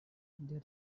their